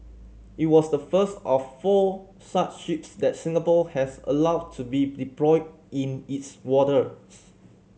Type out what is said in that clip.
it was the first of four such ships that Singapore has allowed to be deployed in its waters